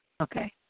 Okay